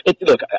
Look